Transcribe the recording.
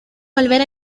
volver